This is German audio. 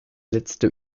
letzte